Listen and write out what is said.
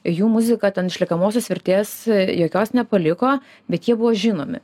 jų muzika ten išliekamosios vertės jokios nepaliko bet jie buvo žinomi